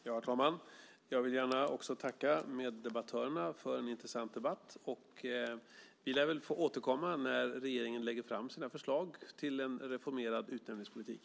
Herr talman! Jag vill gärna också tacka meddebattörerna för en intressant debatt. Vi lär väl få återkomma när regeringen lägger fram sina förslag till en reformerad utnämningspolitik.